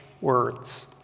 words